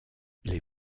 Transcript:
les